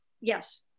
Yes